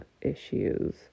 issues